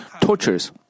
tortures